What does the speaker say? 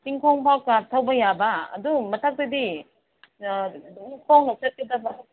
ꯆꯤꯡꯈꯣꯡ ꯐꯥꯎ ꯀꯥꯔ ꯊꯧꯕ ꯌꯥꯕ ꯑꯗꯨ ꯃꯊꯛꯇꯗꯤ ꯑꯥ ꯑꯗꯨꯝ ꯈꯣꯡꯅ ꯆꯠꯀꯗꯕ